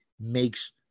makes